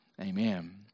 Amen